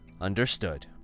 Understood